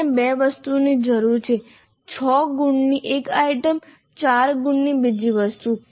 આપણને બે વસ્તુઓની જરૂર છે 6 ગુણની એક આઇટમ 4 ગુણની બીજી વસ્તુ